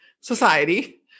society